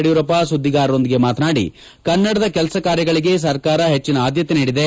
ಯಡಿಯೂರಪ್ಪ ಸುಧ್ನಿಗಾರರೊಂದಿಗೆ ಮಾತನಾಡಿ ಕನ್ನಡದ ಕೆಲಸ ಕಾರ್ಯಗಳಿಗೆ ಸರ್ಕಾರ ಹೆಚ್ಚಿನ ಆದ್ಲತೆ ನೀಡಿದೆ